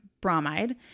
bromide